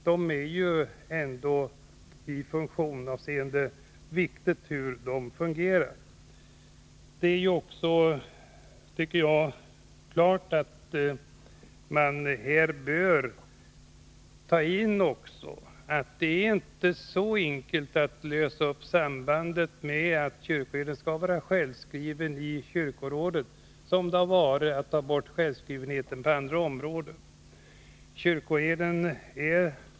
Det är ändå viktigt hur det fungerar. Man bör också, tycker jag, här ta med i bilden att det inte är så enkelt att ta bort regeln att kyrkoherden skall vara självskriven i kyrkorådet som det har varit att ta bort självskrivenheten på andra områden.